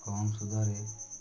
କମ୍ ସୁଧରେ